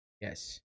yes